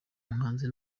muhanzi